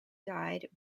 died